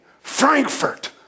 Frankfurt